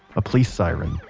a police siren.